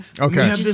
Okay